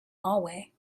hallway